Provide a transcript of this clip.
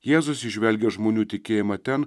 jėzus įžvelgia žmonių tikėjimą ten